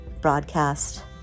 broadcast